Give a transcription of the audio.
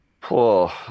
Poor